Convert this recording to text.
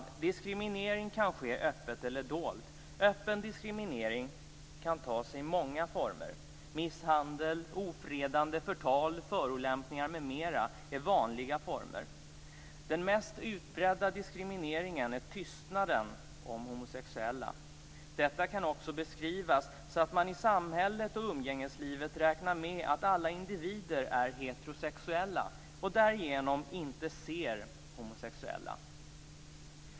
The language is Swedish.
Diskriminering kan ske öppet eller dolt. Öppen diskriminering kan ta sig många former. är vanliga former. Den mest utbredda diskrimineringen är tystnaden om homosexuella. Detta kan också beskrivas så, att man i samhället och umgängeslivet räknar med att alla individer är heterosexuella och därigenom inte "ser" homosexuella.